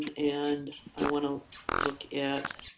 and i want to look at,